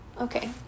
Okay